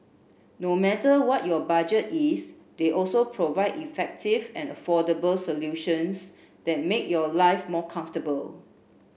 no matter what your budget is they also provide effective and affordable solutions that make your life more comfortable